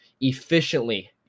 efficiently